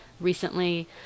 recently